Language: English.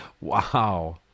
Wow